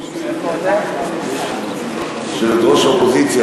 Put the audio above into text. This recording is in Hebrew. יושבת-ראש האופוזיציה,